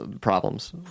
problems